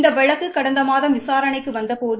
இந்த வழக்கு கடந்த மாதம் விசாரணைக்கு வந்தபோது